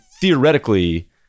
theoretically